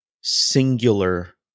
singular